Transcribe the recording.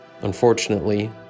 Unfortunately